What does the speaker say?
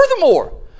furthermore